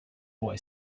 boy